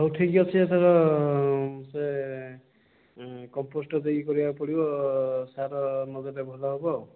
ହଉ ଠିକ୍ ଅଛି ଏଥର ସେ କମ୍ପୋଷ୍ଟ ଦେଇକି କରିବାକୁ ପଡ଼ିବ ସାର ନଦେଲେ ଭଲ ହେବ ଆଉ